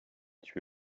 tué